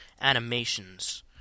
animations